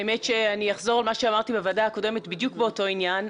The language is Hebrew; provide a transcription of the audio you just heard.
האמת שאני אחזור על מה שאמרתי בוועדה הקודמת בדיוק באותו עניין,